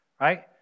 Right